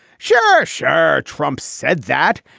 sure sure. trump said that.